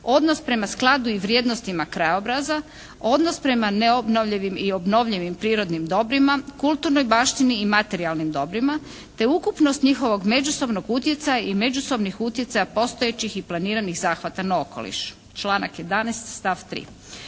odnos prema skladu i vrijednosti krajobraza, odnos prema neobnovljenim i obnovljivim prirodnim dobrima, kulturnoj baštini i materijalnim dobrima, te ukupnost njihovog međusobnog utjecaja i međusobnih utjecaja postojećih i planiranih zahvata na okoliš, članak 11. stav 3.